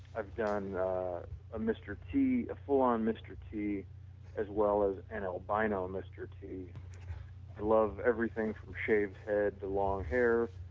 i've done mr. t a full on mr. t as well as an albino mr. t. i love everything from shaved head to long hair.